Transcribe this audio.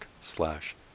slash